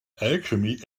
alchemy